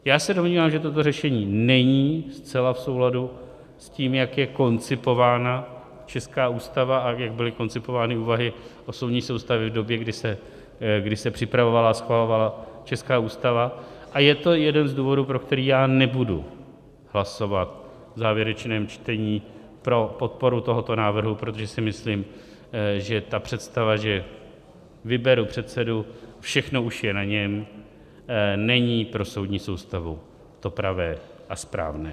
Já se domnívám, že toto řešení není zcela v souladu s tím, jak je koncipována česká Ústava a jak byly koncipovány úvahy o soudní soustavě v době, kdy se připravovala a schvalovala česká Ústava, a je to jeden z důvodů, pro který já nebudu hlasovat v závěrečném čtení pro podporu tohoto návrhu, protože si myslím, že představa, že vyberu předsedu, všechno už je na něm, není pro soudní soustavu to pravé a správné.